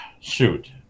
shoot